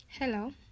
hello